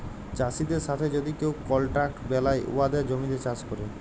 চাষীদের সাথে যদি কেউ কলট্রাক্ট বেলায় উয়াদের জমিতে চাষ ক্যরে